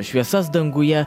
šviesas danguje